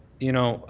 you know,